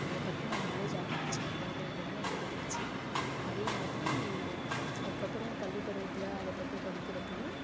அதை பற்றின நாலேஜ் அப்ப சின்ன குழந்தைங்கள்ல இருந்து எங்களுக்கு இருந்துச்சு அதே மாதிரி அதுக்கு அப்புறம் பள்ளி பருவத்தில் அது பார்த்து படிக்கிற அப்பயும்